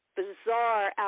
bizarre